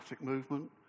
movement